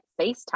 FaceTime